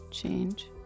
change